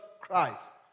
Christ